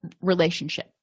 relationship